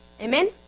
Amen